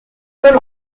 paul